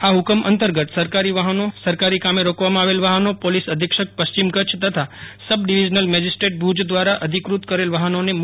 આ હુકમ અંતર્ગત સરકારી વાહનોસરકારી કામે રોકવામાં આવેલ વાહનો પોલીસ અધિક્ષક પશ્ચિમ કચ્છ અથવા સબ ડીવીઝનલ મેજીસ્ટ્રેટ ભુજ દ્વારા અધિકૃત કરેલ વાહનોને મુકિત આપવામાં આવી છે